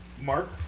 Mark